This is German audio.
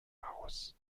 aus